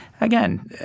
again